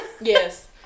Yes